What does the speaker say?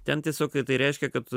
ten tiesiog tai reiškia kad